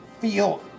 feel